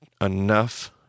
enough